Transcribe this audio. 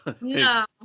No